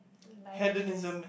life is just